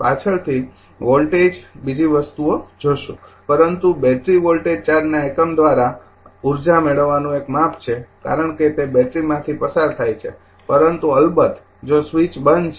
પાછળથી વોલ્ટેજ બીજી વસ્તુઓ જોશું પરંતુ બેટરી વોલ્ટેજ ચાર્જના એકમ દ્વારા ઉર્જા મેળવવાનું એક માપ છે કારણ કે તે બેટરીમાથી પસાર થાય છે પરંતુ અલબત્ત જો સ્વીચ બંધ છે